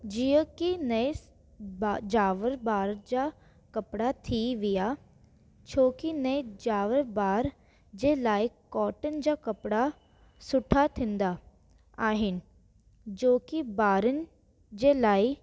जीअं के नएं सि बा ॼावल ॿार जा कपिड़ा थी विया छो की नएं ॼावल ॿार जे लाइ कॉटन जा कपिड़ा सुठा थींदा आहिनि जो की ॿारनि जे लाइ